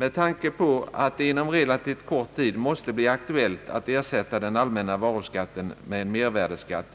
Med tanke på att det inom relativt kort tid måste bli aktuellt att ersätta den allmänna varuskatten med en mervärdeskatt